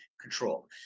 control